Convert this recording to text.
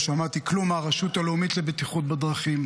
לא שמעתי כלום מהרשות הלאומית לבטיחות בדרכים,